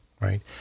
right